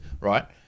right